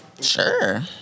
Sure